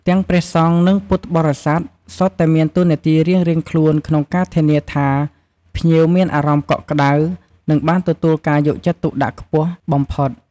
នេះជាការបង្ហាញពីតម្លៃដ៏ល្អផូរផង់នៃពុទ្ធសាសនា។